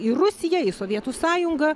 į rusiją į sovietų sąjungą